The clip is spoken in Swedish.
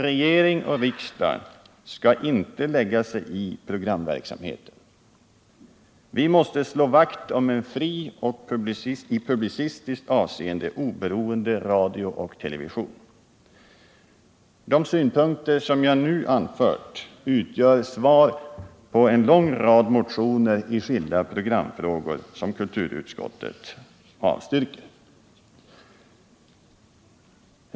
Regering och riksdag skall inte lägga sig i programverksamheten. Vi måste slå vakt om en fri och i publicistiskt avseende oberoende radio och television. De synpunkter som jag nu anfört utgör svar på en lång rad motioner i skilda programfrågor som kulturutskottet avstyrker.